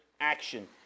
action